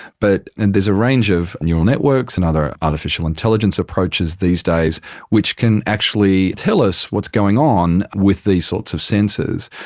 but and there's a range of neural networks and other artificial intelligence approaches these days which can actually tell us what's going on with these sorts of sensors.